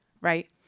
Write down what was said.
right